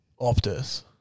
Optus